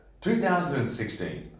2016